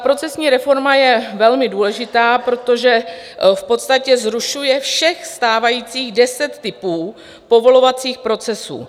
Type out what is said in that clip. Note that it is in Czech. Procesní reforma je velmi důležitá, protože v podstatě zrušuje všech stávajících deset typů povolovacích procesů.